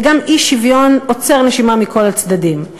וגם אי-שוויון עוצר נשימה מכל הצדדים.